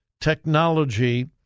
technology